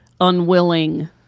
unwilling